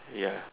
ya